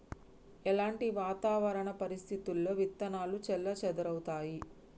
ఎలాంటి వాతావరణ పరిస్థితుల్లో విత్తనాలు చెల్లాచెదరవుతయీ?